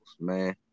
man